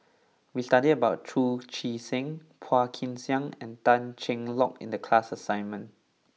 we studied about Chu Chee Seng Phua Kin Siang and Tan Cheng Lock in the class assignment